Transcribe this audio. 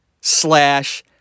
slash